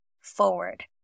forward